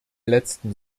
letzten